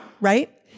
right